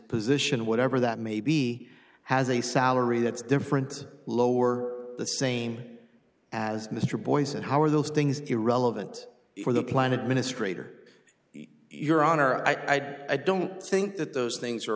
position whatever that may be has a salary that's different lower the same as mr boies and how are those things irrelevant for the plan administrator your honor i i don't think that those things are